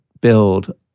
build